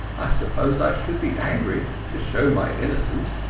i suppose i should be angry, to show my innocence,